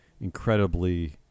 incredibly